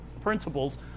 Principles